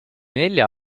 nelja